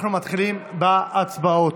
אנחנו מתחילים בהצבעות.